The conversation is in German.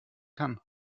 kann